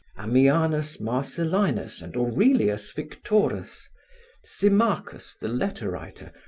ammianus marcellinus and aurelius victorus, symmachus the letter writer,